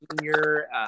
senior